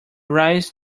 rise